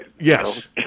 yes